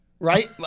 Right